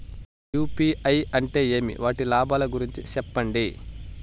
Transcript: UPI అంటే ఏమి? వాటి లాభాల గురించి సెప్పండి?